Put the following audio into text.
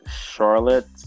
Charlotte